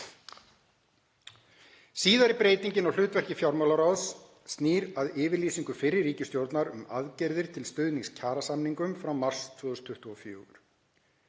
Síðari breytingin á hlutverki fjármálaráðs snýr að yfirlýsingu fyrri ríkisstjórnar um aðgerðir til stuðnings kjarasamningum frá mars 2024.